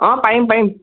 অঁ পাৰিম পাৰিম